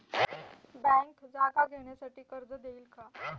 Bank जागा घेण्यासाठी कर्ज देईल का?